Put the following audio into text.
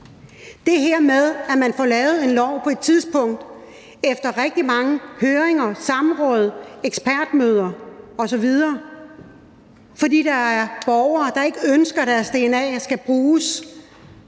det her med, at man får lavet en lov på et tidspunkt efter rigtig mange høringer, samråd, ekspertmøder osv., fordi der er borgere, der ikke ønsker, at deres dna skal bruges